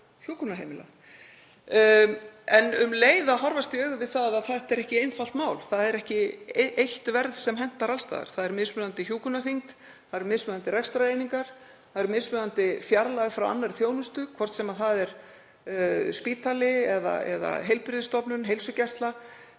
hjúkrunarheimila en um leið að horfast í augu við að þetta er ekki einfalt mál. Það er ekki eitt verð sem hentar alls staðar. Það er mismunandi hjúkrunarþyngd, það eru mismunandi rekstrareiningar. Það er mismunandi fjarlægð frá annarri þjónustu, hvort sem það er spítali eða heilbrigðisstofnun, heilsugæsla,